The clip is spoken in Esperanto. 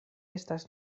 estas